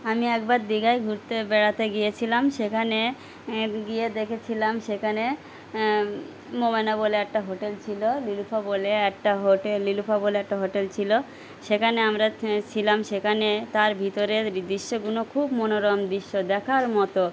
আমি একবার দীঘায় ঘুরতে বেড়াতে গিয়েছিলাম সেখানে গিয়ে দেখেছিলাম সেখানে মোবনা বলে একটা হোটেল ছিল লিলুফা বলে একটা হোটেল লিলুফা বলে একটা হোটেল ছিল সেখানে আমরা ছিলাম সেখানে তার ভিতরের দৃশ্যগুলো খুব মনোরম দৃশ্য দেখার মতো